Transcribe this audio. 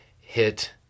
hit